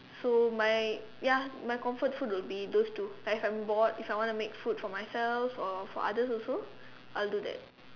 so my ya my comfort food will be those two like if I'm bored if I want to make food for myself or for others also I will do that